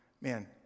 Man